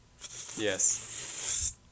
Yes